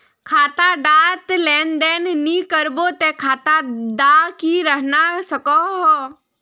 खाता डात लेन देन नि करबो ते खाता दा की रहना सकोहो?